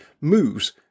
moves